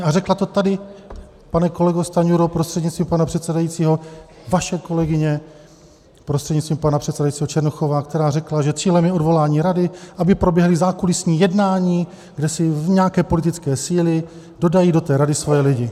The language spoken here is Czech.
A řekla to tady, pane kolego Stanjuro prostřednictvím pana předsedajícího, vaše kolegyně prostřednictvím pana předsedajícího Černochová, která řekla, že cílem je odvolání rady, aby proběhla zákulisní jednání, kde si nějaké politické síly dodají do té rady svoje lidi.